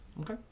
Okay